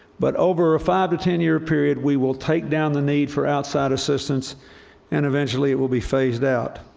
but over a five to ten year period, we will take down the need for outside assistance and eventually it will be phased out.